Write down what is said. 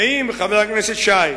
חבר הכנסת שי,